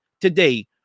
today